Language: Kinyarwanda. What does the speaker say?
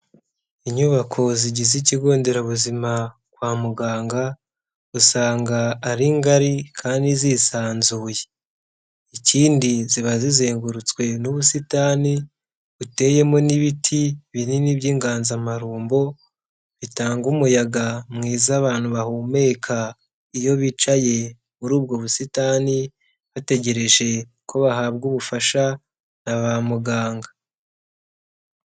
Inyubako zigize ikigo nderabuzima kwa muganga usanga ari ngari kandi zisanzuye, ikindi ziba zizengurutswe n'ubusitani buteyemo n'ibiti binini by'inganzamarumbu bitanga umuyaga mwiza abantu bahumeka iyo bicaye muri ubwo busitani bategereje ko bahabwa ubufasha na ba muganga.